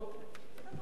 ולפיכך